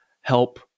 help